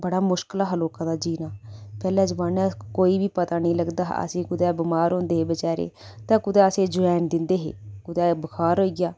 बड़ा मुश्कल हा लोकें दा जीना पैह्ले जमान्ने कोई बी पता नेईं लगदा हा असें कुतै बमार होंदे हे बेचारे तां कुतै असें जवैन दिंदे हे कुतै बखार होई गेआ